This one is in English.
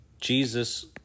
Jesus